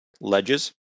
ledges